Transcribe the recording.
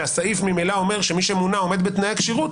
שהסעיף ממילא אומר שמי שמונה עומד בתנאי הכשירות,